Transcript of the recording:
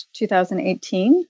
2018